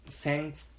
thanks